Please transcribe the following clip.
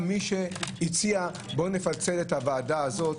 תמיד היה מי שהציע: בוא נפצל את הוועדה הזאת,